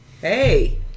Hey